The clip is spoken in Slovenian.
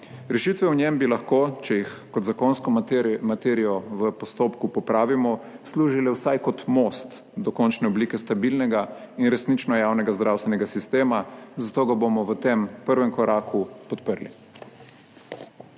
Rešitve v njem bi lahko, če jih kot zakonsko materijo v postopku popravimo, služile vsaj kot most do končne oblike stabilnega in resnično javnega zdravstvenega sistema, zato ga bomo v tem prvem koraku podprli.